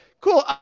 Cool